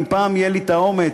אם פעם יהיה לי אומץ,